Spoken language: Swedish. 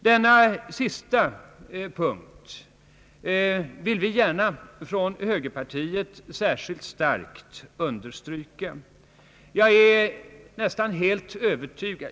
Denna sista punkt vill vi inom högerpartiet gärna särskilt starkt understryka.